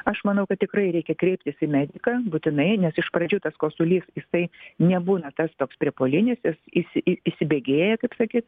aš manau kad tikrai reikia kreiptis į mediką būtinai nes iš pradžių tas kosulys jisai nebūna tas toks priepuolinis jis įsi įsibėgėja kaip sakyt